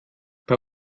bei